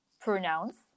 pronouns